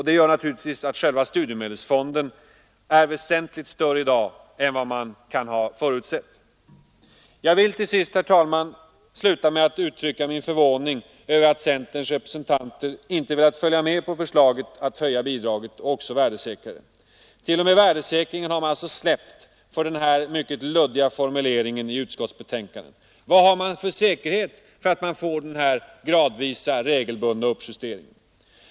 Det gör naturligtvis att studiemedelsfonden är väsentligt större i dag än vad man förutsett. Jag vill till sist, herr talman, uttrycka min förvåning över att centerns representanter inte velat följa med på förslaget att höja bidraget och också värdesäkra det. T. o. m. värdesäkringen har man alltså släppt för den mycket luddiga formuleringen i utskottsbetänkandet. Vad har man för säkerhet för att man får den gradvisa, regelbundna uppjusteringen?